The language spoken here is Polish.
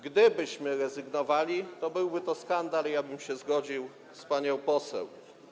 Gdybyśmy rezygnowali, to byłby to skandal i ja bym się w tym zgodził z panią poseł.